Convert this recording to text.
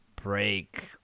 break